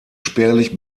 spärlich